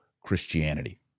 Christianity